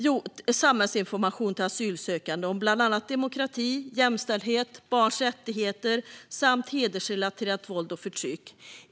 Det är fråga om samhällsinformation till asylsökande om bland annat demokrati, jämställdhet, barns rättigheter samt hedersrelaterat våld och förtryck.